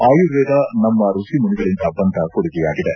ಆಯುರ್ವೇದ ನಮ್ಮ ಋಷಿಮುನಿಗಳಿಂದ ಬಂದ ಕೊಡುಗೆಯಾಗಿದೆ